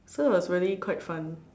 so it was really quite fun